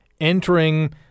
entering